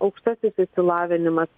aukštasis išsilavinimas